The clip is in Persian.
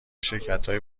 شرکتهایی